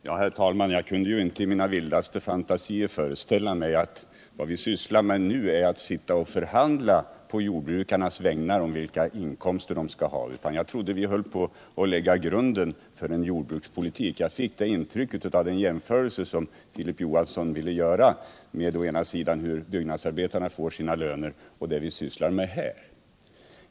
Herr talman! Jag kunde inte i mina vildaste fantasier föreställa mig att vad vi sysslar med här är förhandlingar om vilka löner jordbrukarna skall ha. Jag trodde att vi höll på med att lägga grunden för en jordbrukspolitik, men jag fick intrycket att det gäller löneförhandlingar när Filip Johansson ville göra en jämförelse mellan byggnadsarbetarnas löner och det som vi sysslar med här.